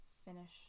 Finish